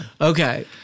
Okay